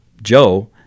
Joe